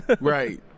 Right